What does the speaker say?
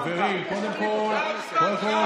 חיים, בוא נצא.